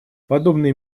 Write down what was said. подобные